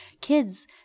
kids